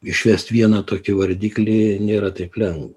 išvest vieną tokį vardiklį nėra taip lengva